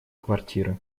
квартиры